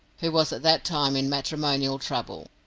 who was at that time in matrimonial trouble.